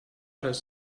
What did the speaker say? das